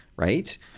Right